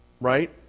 Right